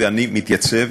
ואני מתייצב